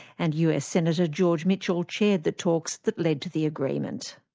and us senator george mitchell chaired the talks that led to the agreement.